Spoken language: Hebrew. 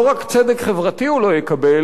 לא רק צדק חברתי הוא לא יקבל,